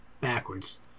backwards